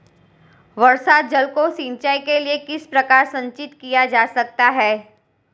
वर्षा जल को सिंचाई के लिए किस प्रकार संचित किया जा सकता है?